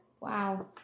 Wow